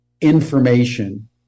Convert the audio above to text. information